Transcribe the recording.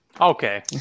Okay